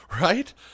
right